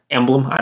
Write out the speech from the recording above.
Emblem